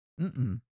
mm-mm